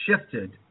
shifted